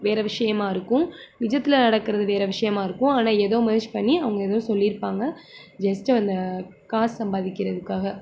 வேறு விஷயமாக இருக்கும் நிஜத்தில் நடக்கிறது வேறு விஷயமாக இருக்கும் ஆனால் ஏதோ மெர்ஜ் பண்ணி அவங்க ஏதோ சொல்லியிருப்பாங்க ஜஸ்ட் அந்த காசு சம்பாதிக்கிறதுக்காக